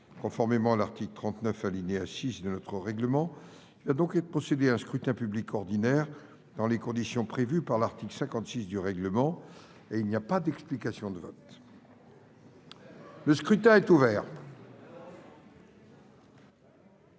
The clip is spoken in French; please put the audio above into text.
Conformément à l'article 39, alinéa 6, de notre règlement, il va donc être procédé à un scrutin public ordinaire dans les conditions prévues par l'article 56 du règlement ; aucune explication de vote n'est admise.